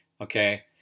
Okay